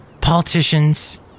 Politicians